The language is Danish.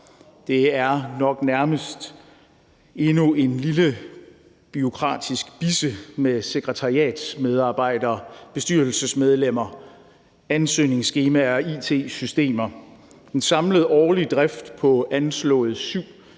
Det er nok nærmest endnu en lille bureaukratisk bisse med sekretariatsmedarbejdere, bestyrelsesmedlemmer, ansøgningsskemaer og it-systemer. Der er tale om en samlet